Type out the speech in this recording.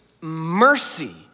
mercy